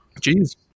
Jeez